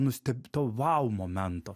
nustebt to vau momento